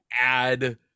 add